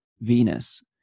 Venus